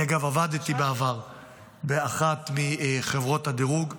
אגב, אני עבדתי בעבר באחת מחברות הדירוג.